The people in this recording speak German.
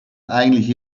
eigentlich